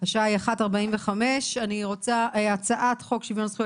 השעה היא 13:45. הצעת חוק שוויון זכויות